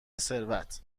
ثروت